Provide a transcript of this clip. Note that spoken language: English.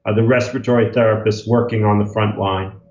ah the respiratory therapists working on the frontline.